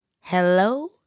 hello